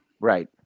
Right